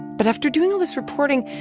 but after doing all this reporting,